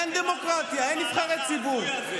אין דמוקרטיה, אין נבחרי ציבור.